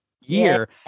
year